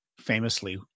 famously